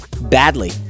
badly